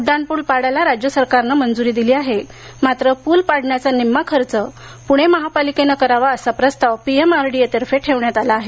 उड्डाणप्रल पाडायला राज्य सरकारने मंजुरी दिली आहे मात्र पूल पाडण्याचा निम्मा खर्च पुणे महापालिकेने करावा असा प्रस्ताव पीएमआरडीए तर्फे ठेवण्यात आला आहे